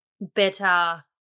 better